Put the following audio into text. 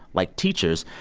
like teachers,